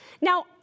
Now